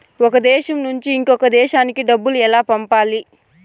ఒక దేశం నుంచి ఇంకొక దేశానికి డబ్బులు ఎలా పంపాలి?